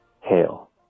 Hail